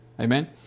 Amen